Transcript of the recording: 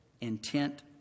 intent